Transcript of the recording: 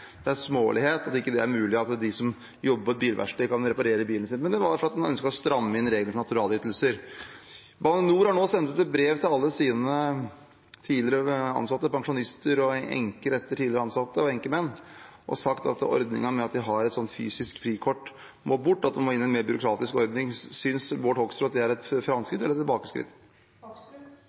Det er smålig at det ikke er mulig at de som jobber på et bilverksted, kan reparere bilen sin der. Det var fordi en ønsket å stramme inn reglene for naturalytelser. Bane NOR har nå sendt ut et brev til alle sine tidligere ansatte, pensjonister og enker og enkemenn etter tidligere ansatte, og sagt at ordningen med at de har et fysisk frikort, må bort, og at det må innføres en mer byråkratisk ordning. Synes Bård Hoksrud at det er et framskritt eller et tilbakeskritt?